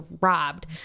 robbed